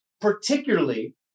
particularly